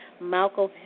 Malcolm